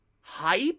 hype